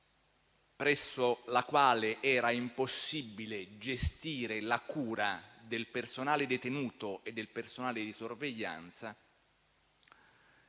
presso la quale era impossibile gestire la cura del personale detenuto e del personale di sorveglianza,